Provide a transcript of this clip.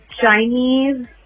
Chinese